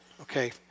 Okay